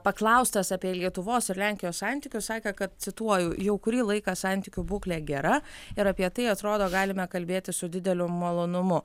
paklaustas apie lietuvos ir lenkijos santykius sakė kad cituoju jau kurį laiką santykių būklė gera ir apie tai atrodo galime kalbėti su dideliu malonumu